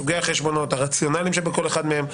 סוגי החשבונות, הרציונלים שבכל אחד מהם.